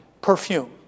perfume